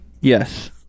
Yes